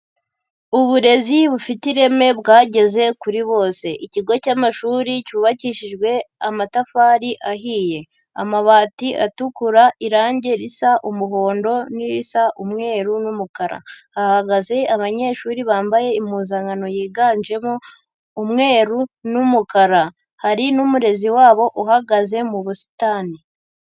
Uburezi bufite ireme bwageze kuri bose. Ikigo cy'amashuri cyubakishijwe amatafari ahiye, amabati atukura, irange risa umuhondo n'irisa umweru n'umukara. Hahagaze abanyeshuri bambaye impuzankano yiganjemo umweru n'umukara. Hari n'umurezi wabo, uhagaze mu busitani.